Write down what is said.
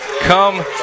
come